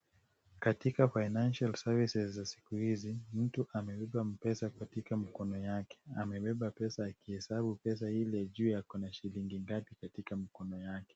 Katika financial services za siku hizi mtu amebeba pesa katika mkono yake. Amebeba pesa akihesabu pesa ili ajue akona shilingi ngapi katika mkono yake.